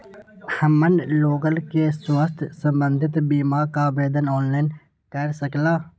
हमन लोगन के स्वास्थ्य संबंधित बिमा का आवेदन ऑनलाइन कर सकेला?